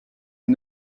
est